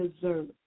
deserve